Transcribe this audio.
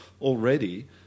already